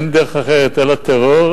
אין דרך אחרת אלא טרור,